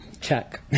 check